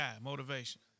motivation